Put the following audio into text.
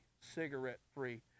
cigarette-free